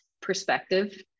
perspective